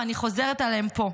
ואני חוזרת עליהן פה: